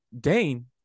Dane